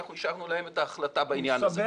אנחנו השארנו להם את ההחלטה בעניין הזה.